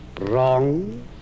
Wrong